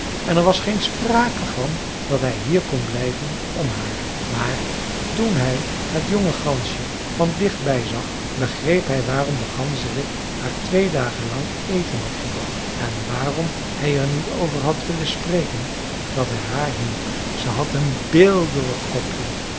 en er was geen sprake van dat hij hier kon blijven om haar maar toen hij het jonge gansje van dichtbij zag begreep hij waarom de ganzerik haar twee dagen lang eten had gebracht en waarom hij er niet over had willen spreken dat hij haar hielp ze had een beelderig kopje